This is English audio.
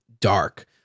Dark